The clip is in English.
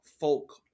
folk